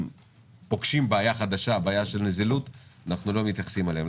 שפוגשים בעיה חדשה של נזילות אנחנו לא מתייחסים אליהם.